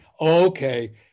okay